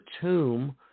Tomb